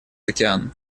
океан